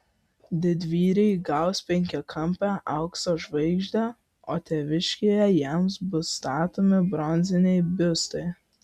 didvyriai gaus penkiakampę aukso žvaigždę o tėviškėje jiems bus statomi bronziniai biustai